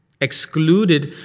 excluded